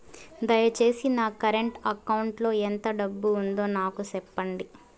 దయచేసి నా current account లో ఎంత డబ్బు ఉందో నాకు సెప్పండి